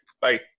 Bye